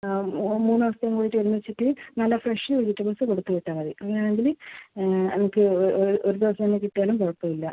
മൂന്ന് ദിവസത്തെയും കൂടിയിട്ട് ഒന്നിച്ചിട്ട് നല്ല ഫ്രഷ് വെജിറ്റബിൾസ് കൊടുത്ത് വിട്ടാൽ മതി അങ്ങനെ ആണെങ്കിൽ എനിക്ക് ഒരു ദിവസം തന്നെ കിട്ടിയാലും കുഴപ്പമില്ല